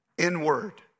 inward